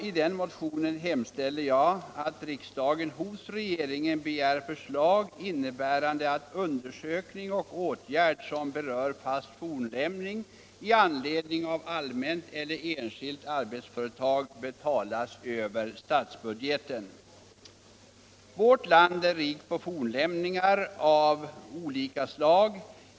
I den motionen hemställer jag att riksdagen hos regeringen begär förslag, innebärande att undersökning och åtgärd som berör fast fornlämning i anledning av allmänt eller enskilt arbetsföretag betalas över statsbudgeten. Vårt land är rikt på fornlämningar av olika slag.